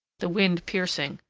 the wind piercing,